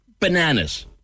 Bananas